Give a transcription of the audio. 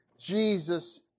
Jesus